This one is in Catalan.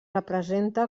representa